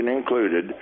included